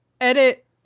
edit